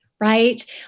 right